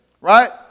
right